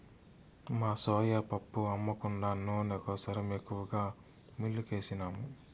మా సోయా పప్పు అమ్మ కుండా నూనె కోసరం ఎక్కువగా మిల్లుకేసినాము